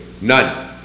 none